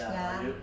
ya